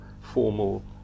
formal